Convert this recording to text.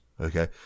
Okay